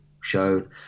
showed